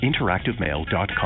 interactivemail.com